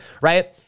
right